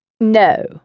No